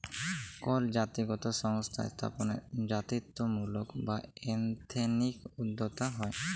call জাতিগত সংস্থা স্থাপনে জাতিত্বমূলক বা এথনিক উদ্যক্তা হ্যয়